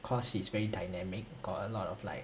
cause she's very dynamic got a lot of like